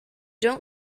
don’t